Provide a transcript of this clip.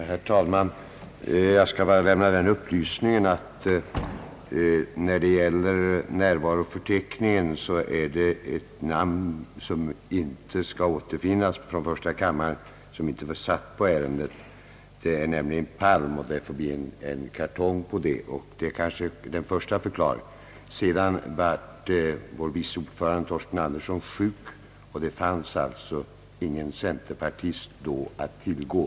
Herr talman! Jag skall be att få lämna en kort upplysning. I utskottsutlåtandets närvaroförteckning återfinnes ett namn på en förstakammarledamot, som inte satt med vid behandlingen av ärendet. Jag syftar på herr Palm — det får alltså bli en kartong på det namnet. Vidare var vår vice ordförande, herr Torsten Andersson, sjuk då ärendet behandlades i utskottet, och någon annan centerpartist fanns då inte att tillgå.